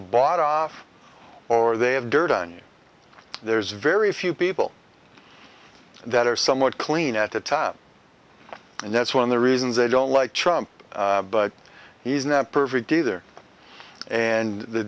bought off or they have dirt on there's very few people that are somewhat clean at the top and that's one of the reasons they don't like trump but he's not perfect either and the